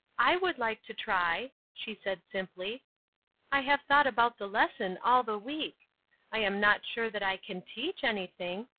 i would like to try, she said, simply i have thought about the lesson all the week i am not sure that i can teach anything,